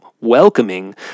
welcoming